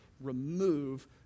remove